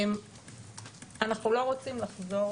אנחנו לא רוצים לחזור